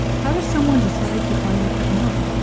how does someone decide to finally cut and run?